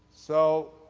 so,